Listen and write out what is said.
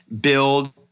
build